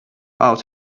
out